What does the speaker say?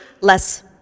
Less